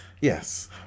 Yes